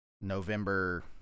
November